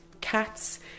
Cats